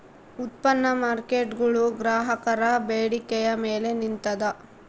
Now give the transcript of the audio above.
ಉತ್ಪನ್ನ ಮಾರ್ಕೇಟ್ಗುಳು ಗ್ರಾಹಕರ ಬೇಡಿಕೆಯ ಮೇಲೆ ನಿಂತಿದ